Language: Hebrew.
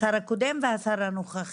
השר הקודם והנוכחי,